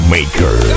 Maker